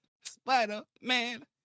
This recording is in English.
Spider-Man